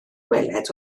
gweled